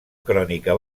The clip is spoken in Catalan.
crònica